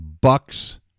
bucks